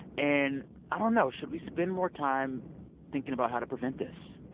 and i don't know. should we spend more time thinking about how to prevent this?